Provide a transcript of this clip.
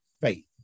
faith